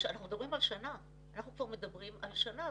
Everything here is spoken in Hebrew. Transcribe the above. אנחנו כבר מדברים על שנה.